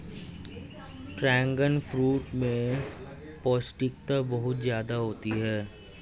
dragon fruit में पौष्टिकता बहुत ज्यादा होती है